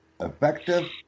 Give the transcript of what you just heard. effective